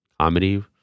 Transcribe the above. Comedy